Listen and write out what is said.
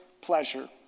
pleasure